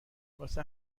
واسه